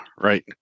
right